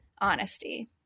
honesty